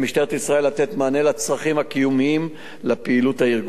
ישראל לתת מענה לצרכים הקיומיים לפעילות הארגונית.